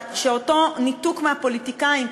שאותו ניתוק מהפוליטיקאים,